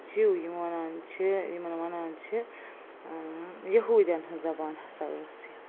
جِو یِم وَنان چھِ یِمن وَنان چھِ یہوٗدٮ۪ن ہٕنٛز زبان ہَسا ٲس یہِ